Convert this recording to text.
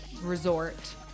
resort